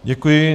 Děkuji.